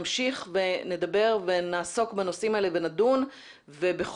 נמשיך ונעסוק ונדון בנושאים האלה,